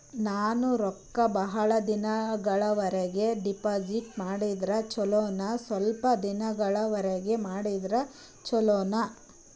ನಾನು ರೊಕ್ಕ ಬಹಳ ದಿನಗಳವರೆಗೆ ಡಿಪಾಜಿಟ್ ಮಾಡಿದ್ರ ಚೊಲೋನ ಸ್ವಲ್ಪ ದಿನಗಳವರೆಗೆ ಮಾಡಿದ್ರಾ ಚೊಲೋನ?